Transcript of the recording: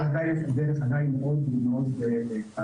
עם זאת, הדרך עדיין מאוד-מאוד ארוכה.